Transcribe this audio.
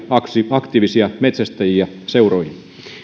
aktiivisia metsästäjiä seuroihin